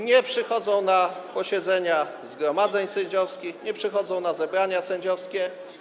Nie przychodzą na posiedzenia zgromadzeń sędziowskich, nie przychodzą na zebrania sędziowskie.